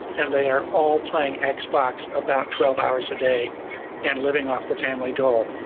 and they are all playing xbox xbox about twelve hours a day and living off the family door.